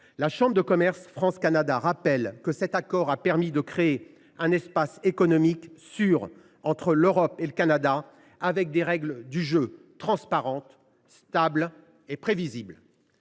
La chambre de commerce France Canada rappelle que cet accord a permis de créer un espace économique sûr entre l’Europe et le Canada, avec des règles du jeu transparentes, stables et prévisibles.